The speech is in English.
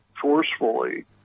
Forcefully